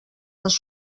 les